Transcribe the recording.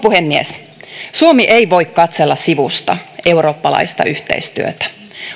puhemies suomi ei voi katsella sivusta eurooppalaista yhteistyötä